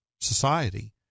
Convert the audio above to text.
society